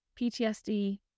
PTSD